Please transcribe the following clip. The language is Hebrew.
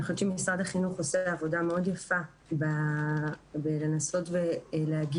אני חושבת שמשרד החינוך עושה עבודה מאוד יפה בלנסות ולהגיע